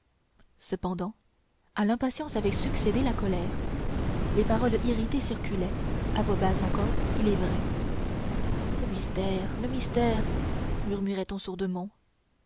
cependant à l'impatience avait succédé la colère les paroles irritées circulaient à voix basse encore il est vrai le mystère le mystère murmurait on